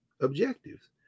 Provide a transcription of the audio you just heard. objectives